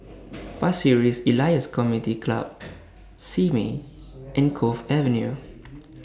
Pasir Ris Elias Community Club Simei and Cove Avenue